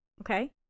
okay